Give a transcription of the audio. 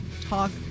talk